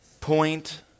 point